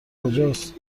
کجاست